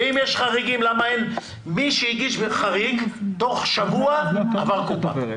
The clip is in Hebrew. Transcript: ואם יש חריגים ומי שהגיש חריג תוך שבוע עבר קופה.